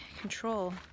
control